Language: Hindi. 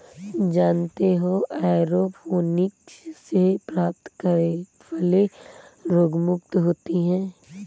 जानते हो एयरोपोनिक्स से प्राप्त फलें रोगमुक्त होती हैं